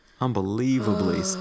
Unbelievably